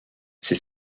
ses